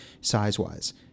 size-wise